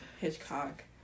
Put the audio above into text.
Hitchcock